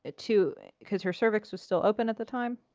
ah to, cuz her cervix was still open at the time,